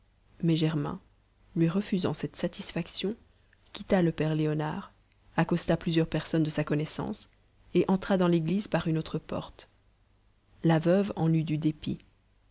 mais germain lui refusant cette satisfaction quitta le père léonard accosta plusieurs personnes de sa connaissance et entra dans l'église par une autre porte la veuve en eut du dépit